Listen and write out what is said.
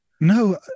no